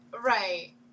Right